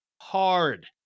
hard